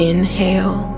Inhale